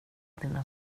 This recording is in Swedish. dina